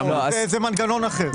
זה מנגנון אחר.